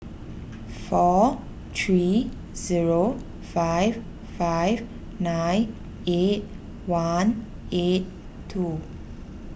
four three zero five five nine eight one eight two